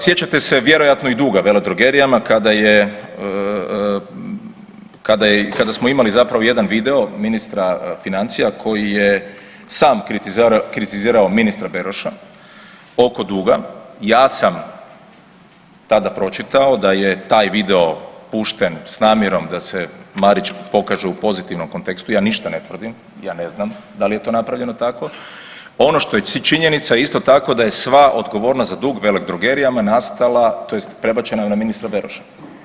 Sjećate se vjerojatno i duga veledrogerijama kada je, kada smo imali zapravo jedan video ministra financija koji je sam kritizirao ministra Beroša oko duga, ja sam tada pročitao da je taj video pušten s namjerom da se Marića pokaže u pozitivnom kontekstu, ja ništa ne tvrdim, ja ne znam da li je to napravljeno tako, ono što je činjenica isto tako da je sva odgovornost za dug veledrogerijama nastala tj. prebačena je na ministra Beroša.